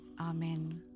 Amen